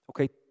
Okay